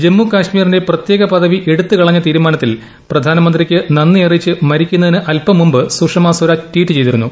ജമ്മു കാശ്മീരിന്റെ പ്രത്യേക പദവി എടുത്തുകളഞ്ഞ തീരുമാനത്തിൽ പ്രധാനമന്ത്രിക്ക് നന്ദി അറിയിച്ച് മരിക്കുന്നതിന് അല്പം മുമ്പ് സുഷമാ സ്വരാജ് ട്വീറ്റ് ചെയ്തിരുന്നു